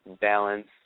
balance